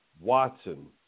Watson